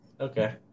okay